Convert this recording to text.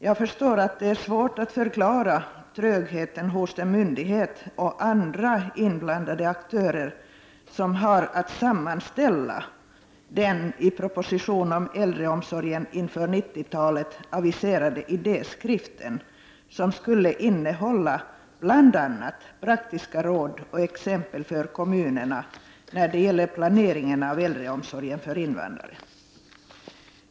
Jag förstår att det är svårt att förklara trögheten hos den myndighet och andra inblandade aktörer som har att sammanställa den i propositionen om Äldreomsorgen inför 90 talet aviserade idéskriften som skulle innehålla bl.a. praktiska råd och exempel för kommunerna när det gäller planeringen av äldreomsorgen för invandrare.